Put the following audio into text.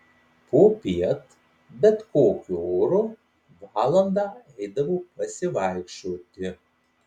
popiet bet kokiu oru valandą eidavo pasivaikščioti